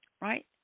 right